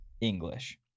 English